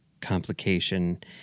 complication